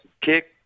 kick